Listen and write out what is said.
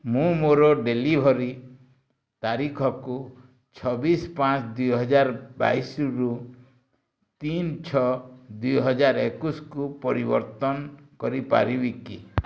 ମୁଁ ମୋର ଡ଼େଲିଭରି ତାରିଖକୁ ଛବିଶି ପାଞ୍ଚ ଦୁଇ ହଜାର ବାଇଶିରୁ ତିନି ଛଅ ଦୁଇ ହଜାର ଏକୋଇଶିକୁ ପରିବର୍ତ୍ତନ କରିପାରିବି କି